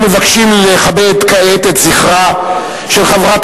אנחנו מבקשים לכבד כעת את זכרה של חברת